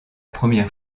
première